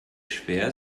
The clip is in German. schwer